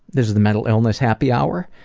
this is the mental illness happy hour,